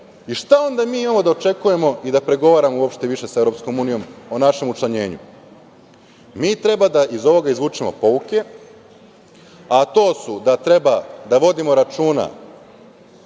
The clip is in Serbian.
itd. Šta onda mi imamo da očekujemo i da pregovaramo uopšte više sa EU o našem učlanjenju? Mi treba da iz ovoga izvučemo pouke, a to su da treba da vodimo računa